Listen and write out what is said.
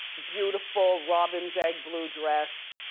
beautiful, robin's egg blue dress.